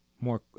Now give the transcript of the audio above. more